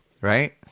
right